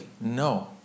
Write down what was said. no